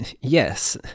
Yes